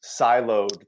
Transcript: siloed